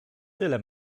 tyle